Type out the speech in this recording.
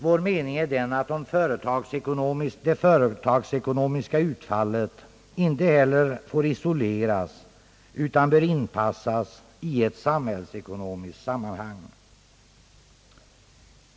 Vår mening är den att det företagsekonomiska utfallet inte heller får isoleras utan bör inpassas i sitt samhällsekonomiska sammanhang.